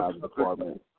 department